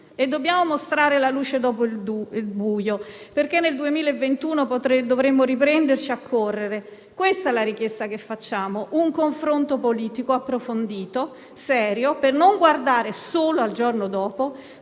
Dobbiamo mostrare la luce dopo il buio, perché nel 2021 dovremo riprendere a correre. Questa è la richiesta che le rivolgiamo: un confronto politico approfondito, serio, per non guardare solo al giorno dopo